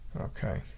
okay